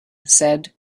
said